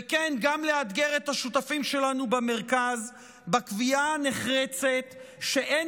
וכן לאתגר את השותפים שלנו במרכז בקביעה הנחרצת שאין